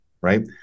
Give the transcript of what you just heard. right